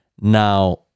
Now